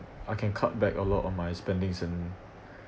I can cut back a lot of my spending's in